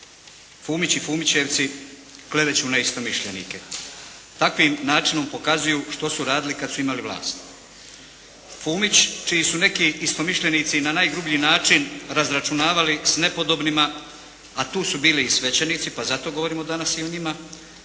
Fumić i fumićevci, gledat ćemo na istomišljenike. Takvim načinom pokazuju što su radili kad su imali vlast. Fumić, čiji su neki istomišljenici na najgrublji način razračunavali s nepodobnima, a tu su bili i svećenici, pa zato govorimo danas i o njima,